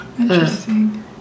Interesting